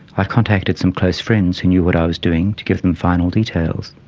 i contacted some close friends who knew what i was doing to give them final details.